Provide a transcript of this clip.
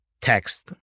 text